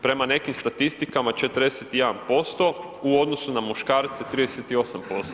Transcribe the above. Prema nekim statistikama 41%, u odnosu na muškarce 38%